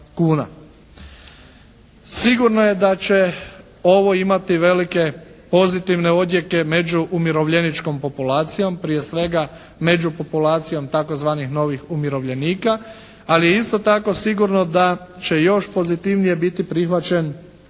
Sigurno je da će ovo imati velike pozitivne odjeke među umirovljeničkom populacijom, prije svega među populacijom tzv. novih umirovljenika, ali je isto tako sigurno da će još pozitivnije biti prihvaćen